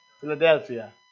Philadelphia